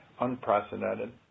unprecedented